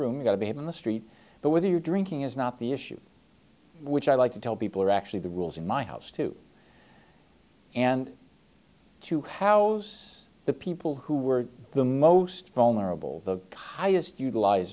room you got to be able to street but whether you're drinking is not the issue which i'd like to tell people are actually the rules in my house too and to house the people who were the most vulnerable the highest utilize